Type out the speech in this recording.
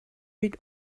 read